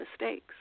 mistakes